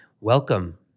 Welcome